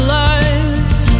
life